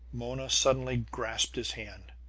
mona suddenly grasped his hand.